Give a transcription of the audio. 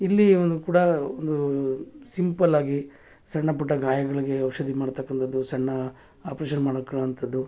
ಇಲ್ಲಿ ಒಂದು ಕೂಡ ಒಂದು ಸಿಂಪಲ್ಲಾಗಿ ಸಣ್ಣ ಪುಟ್ಟ ಗಾಯಗಳಿಗೆ ಔಷಧಿ ಮಾಡತಕ್ಕಂಥದ್ದು ಸಣ್ಣ ಆಪ್ರೇಷನ್ ಮಾಡ್ಕೊಳ್ಳೋಂಥದ್ದು